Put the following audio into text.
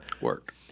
Work